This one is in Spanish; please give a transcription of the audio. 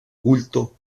culto